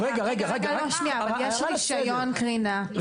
רגע, לא, שנייה, אבל יש רישיון קרינה שניתן.